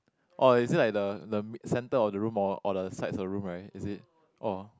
oh is it like the the center of the room or or the side of the room right is it or